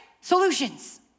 solutions